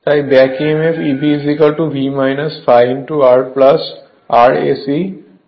তাই back Emf Eb V ∅ R Rse ra হবে